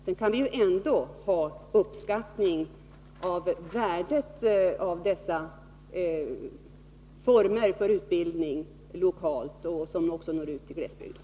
Men vi kan ändå uppskatta dessa former för utbildning lokalt, som gör att utbildningen når ut också till glesbygden.